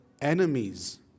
enemies